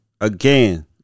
again